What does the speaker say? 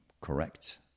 correct